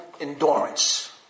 endurance